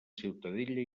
ciutadella